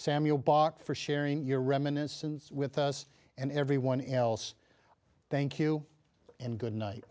samuel bach for sharing your reminiscence with us and everyone else thank you and good night